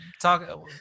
talk